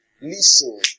Listen